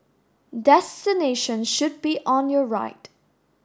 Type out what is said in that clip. destination should be on your right